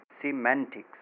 Semantics